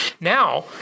Now